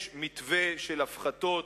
יש מתווה של הפחתות,